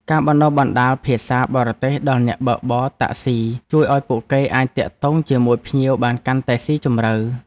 ការបណ្តុះបណ្តាលភាសាបរទេសដល់អ្នកបើកបរតាក់ស៊ីជួយឱ្យពួកគេអាចទាក់ទងជាមួយភ្ញៀវបានកាន់តែស៊ីជម្រៅ។